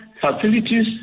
facilities